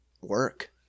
work